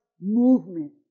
movement